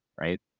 right